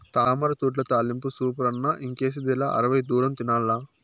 తామరతూడ్ల తాలింపు సూపరన్న ఇంకేసిదిలా అరవై దూరం తినాల్ల